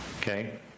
Okay